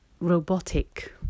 robotic